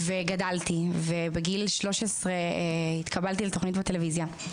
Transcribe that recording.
וגדלתי ובגיל 13 התקבלתי לתוכנית בטלוויזיה,